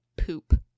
poop